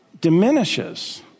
diminishes